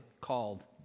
called